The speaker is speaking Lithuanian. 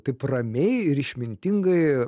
taip ramiai ir išmintingai